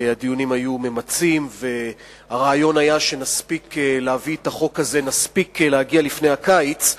הדיונים היו ממצים והרעיון היה שנספיק להביא את החוק הזה לפני הקיץ,